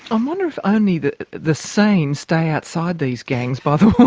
um wonder if only the the sane stay outside these gangs, by the way, all